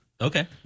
Okay